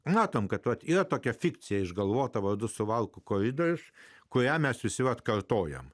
matome kad yra tokia fikcija išgalvota vadus suvalkų koridorius kurią mes visi atkartojame